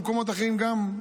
ממקומות אחרים גם,